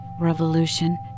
revolution